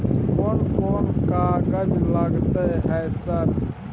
कोन कौन कागज लगतै है सर?